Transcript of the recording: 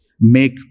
make